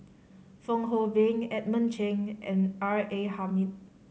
Fong Hoe Beng Edmund Cheng and R A Hamid